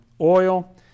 oil